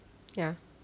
ya